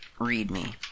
readme